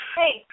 hey